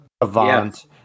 Avant